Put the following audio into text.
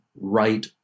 right